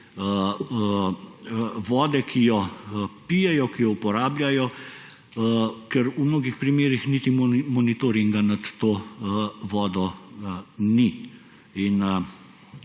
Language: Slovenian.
vode, ki jo pijejo, ki jo uporabljajo, ker v mnogih primerih niti monitoringa nad to vodo ni.